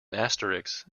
asterisk